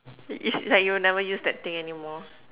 it's like you'll never use that thing anymore